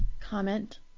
comment